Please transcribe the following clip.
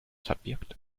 verbirgt